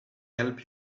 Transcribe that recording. help